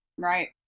Right